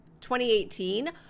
2018